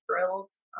drills